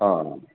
अँ